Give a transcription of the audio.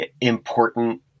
important